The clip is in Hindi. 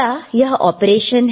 क्या यह ऑपरेशन है